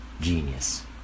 genius